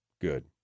good